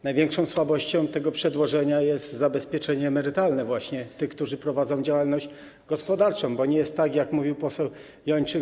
Największą słabością tego przedłożenia jest kwestia zabezpieczenia emerytalnego właśnie tych, którzy prowadzą działalność gospodarczą, bo nie jest tak, jak mówił poseł Jończyk.